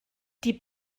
die